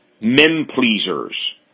men-pleasers